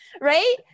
right